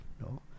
No